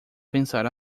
pensar